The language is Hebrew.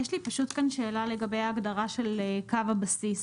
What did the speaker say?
יש לי פשוט כאן שאלה לגבי ההגדרה של "קו הבסיס".